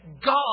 God